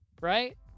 right